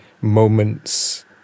moments